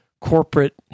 corporate